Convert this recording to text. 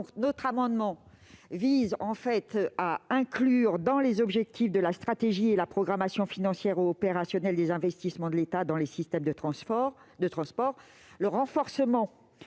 Notre amendement vise à inclure dans les objectifs de la stratégie et de la programmation financière opérationnelle des investissements de l'État dans les systèmes de transport le renforcement